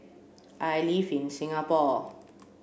I live in Singapore